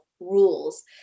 rules